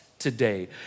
today